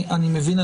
אני מבין,